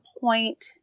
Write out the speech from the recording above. point